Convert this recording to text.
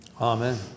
Amen